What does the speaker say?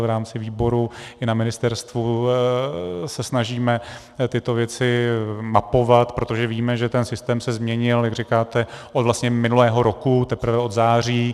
V rámci výboru i na Ministerstvu se snažíme tyto věci mapovat, protože víme, že se systém se změnil, jak říkáte, vlastně od minulého roku, teprve od září.